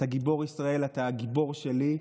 אתה גיבור ישראל, אתה הגיבור שלי.